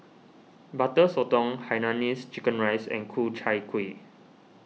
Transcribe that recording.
Butter Sotong Hainanese Chicken Rice and Ku Chai Kuih